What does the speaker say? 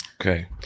Okay